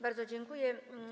Bardzo dziękuję.